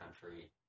country